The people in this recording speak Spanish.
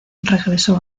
regresó